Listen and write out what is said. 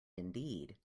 indeed